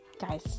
guys